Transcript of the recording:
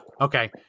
okay